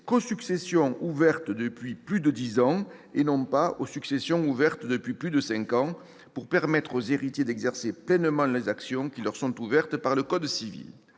qu'aux successions ouvertes depuis plus de dix ans et non pas aux successions ouvertes depuis plus de cinq ans, pour permettre aux héritiers d'exercer pleinement les actions qui leur sont ouvertes par le code civil.